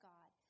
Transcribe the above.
God